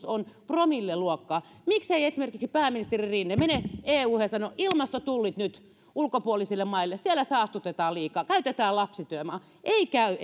on promilleluokkaa miksei esimerkiksi pääministeri rinne mene euhun ja sano ilmastotullit nyt ulkopuolisille maille siellä saastutetaan liikaa käytetään lapsityövoimaa se ei käy